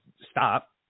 stop